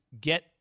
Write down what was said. get